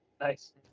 Nice